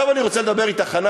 עכשיו אני רוצה לדבר אתך,